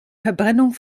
verbrennung